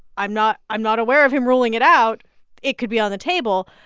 i'm not i'm not aware of him ruling it out it could be on the table.